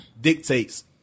Dictates